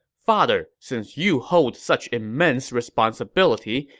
father, since you hold such immense responsibility,